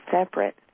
separate